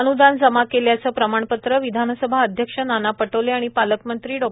अनुदान जमा केल्याचे प्रमाणपत्र विधानसभा अध्यक्ष नाना पटोले आणि पालकमंत्री डॉ